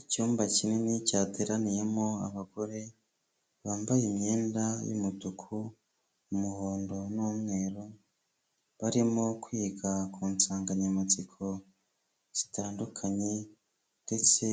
Icyumba kinini cyateraniyemo abagore bambaye imyenda y'umutuku, umuhondo n'umweru, barimo kwiga ku nsanganyamatsiko zitandukanye ndetse